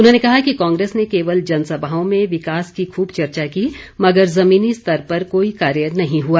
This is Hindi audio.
उन्होंने कहा कि कांग्रेस ने केवल जनसभाओं में विकास की खूब चर्चा की मगर ज़मीनी स्तर पर कोई कार्य नहीं हुआ